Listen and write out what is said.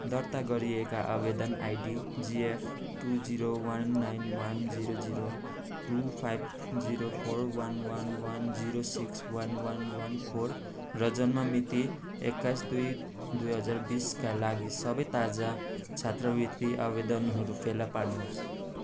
दर्ता गरिएको आवेदन IDGF two zero one nine one zero zero two five zero four one one one zero six one one one four र जन्म मिति एक्काइस दुई दुई हजार बिसका लागि सबै ताजा छात्रवृत्ति आवेदनहरू फेला पार्नुहोस्